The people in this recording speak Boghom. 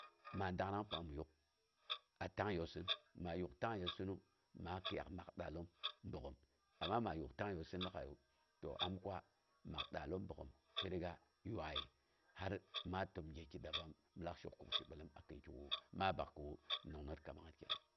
Ma dangnang pang mi yak a tangyəyosɨn, maa yuk a tangyeyosɨnu, maa kɨiyaa maa da'alloom bogghom. Amma maa yuk tangyeyosin lag'aiyu, to am kwa mak da'allom bogghunn yuaiye, hal ma təm gyeki dabam, min kaa shin kuk shibilom akin kigu ma bakkawu. Nongnong kamangngət kenan.